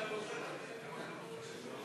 כהצעת הוועדה, נתקבלו.